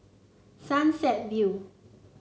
Sunset View